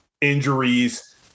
injuries